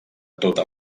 tota